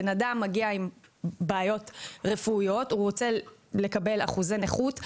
מגיע אדם עם בעיות רפואיות ורוצה לקבל אחוזי נכות,